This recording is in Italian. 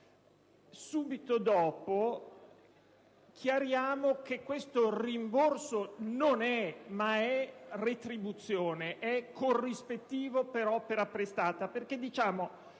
Subito dopo, però chiariamo che questo «rimborso» non è tale, ma è retribuzione, è corrispettivo per l'opera prestata: